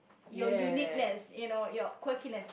your uniqueness you know your quirkiness